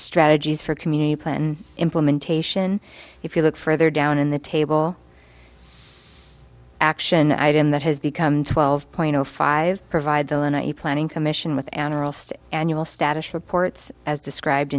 strategies for community plan implementation if you look further down in the table action item that has become twelve point zero five provide the not you planning commission with an or else annual status reports as described